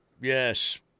Yes